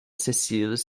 sessiles